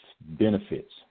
benefits